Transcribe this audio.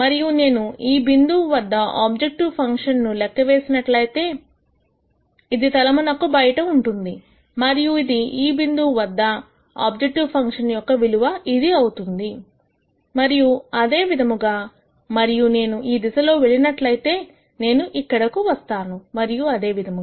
మరియు నేను ఈ బిందువు వద్ద ఆబ్జెక్టివ్ ఫంక్షన్ ను లెక్క వేసినట్లయితే ఇది తలమునకు బయట ఉంటుంది మరియు ఇది ఈ బిందువు వద్ద ఆబ్జెక్టివ్ ఫంక్షన్ యొక్క విలువ ఇది అవుతుంది మరియు అదే విధముగా మరియు నేను ఈ దిశలో వెళ్ళినట్లయితే నేను ఇక్కడకు వస్తాను మరియు అదే విధంగా